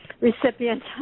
recipient